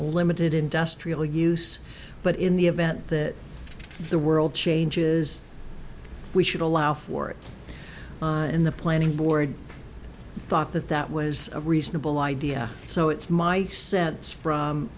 a limited industrial use but in the event that the world changes we should allow for it in the planning board thought that that was a reasonable idea so it's my sense from